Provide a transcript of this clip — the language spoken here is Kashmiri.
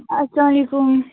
اَسلامُ علیکُم